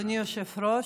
אדוני היושב-ראש,